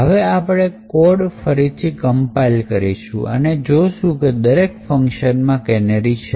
હવે આપણે code ફરીથી compile કરીશું અને જોશું કે દરેક ફંકશનમાં કેનેરી છે